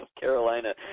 Carolina